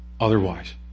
otherwise